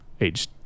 age